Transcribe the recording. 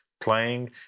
playing